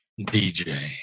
DJ